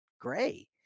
Gray